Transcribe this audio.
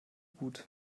gut